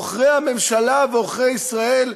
עוכרי הממשלה ועוכרי ישראל,